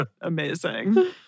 Amazing